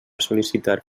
sol·licitar